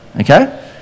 okay